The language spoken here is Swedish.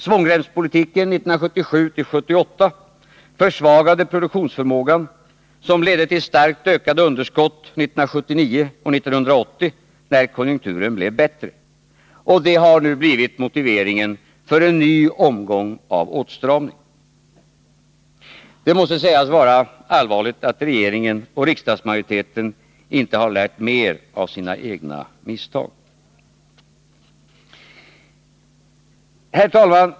Svångremspolitiken 1977-1978 försvagade produktions förmågan, något som ledde till starkt ökade underskott 1979-1980, när Nr 29 konjunkturen blev bättre. Det har nu blivit motiveringen för en ny omgång Torsdagen den av åtstramning. Det måste sägas vara allvarligt att regeringen och riksdags 20 november 1980 majoriteten inte lärt mer av sina egna misstag. Herr talman!